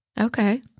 Okay